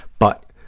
but